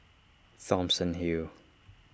Thomson Hill